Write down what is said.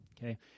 okay